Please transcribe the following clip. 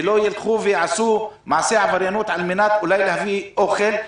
ולא ילכו ויעשו מעשה עבריינות על מנת אולי להביא אוכל.